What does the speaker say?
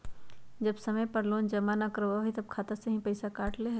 जब समय पर लोन जमा न करवई तब खाता में से पईसा काट लेहई?